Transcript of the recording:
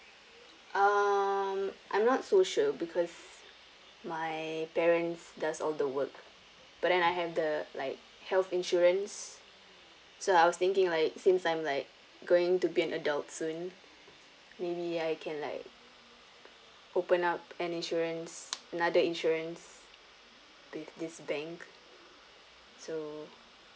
um I'm not so sure because my parents does all the work but then I have the like health insurance so I was thinking like since I'm like going to be an adult soon maybe I can like open up an insurance another insurance with this bank so